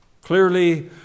clearly